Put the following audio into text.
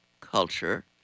culture